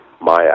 Maya